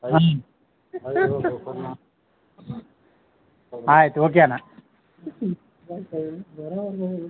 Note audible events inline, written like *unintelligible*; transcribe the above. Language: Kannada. *unintelligible* ಆಯ್ತು ಓಕೆ ಅಣ್ಣ *unintelligible*